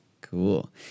Cool